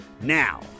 Now